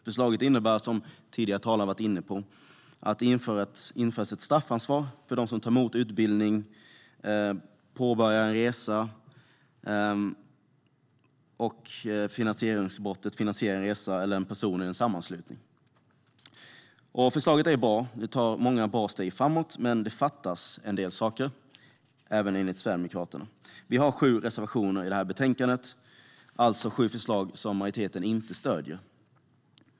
Förslaget innebär, som tidigare talare har varit inne på, att det införs ett straffansvar för dem som tar emot utbildning, påbörjar en resa och ett finansieringsbrott för den som finansierar en resa eller som finansierar en person eller en sammanslutning. Förslaget är bra och tar många bra steg framåt, men det fattas enligt Sverigedemokraterna en del saker. Vi har sju reservationer i betänkandet, och alltså sju förslag som majoriteten inte stöder.